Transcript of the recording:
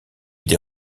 des